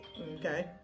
Okay